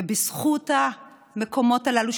ובזכות המקומות הללו,